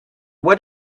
what